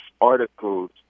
articles